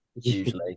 usually